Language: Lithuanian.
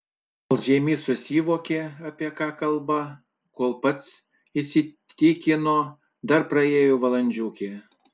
kol žeimys susivokė apie ką kalba kol pats įsitikino dar praėjo valandžiukė